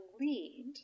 lead